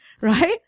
right